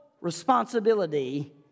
responsibility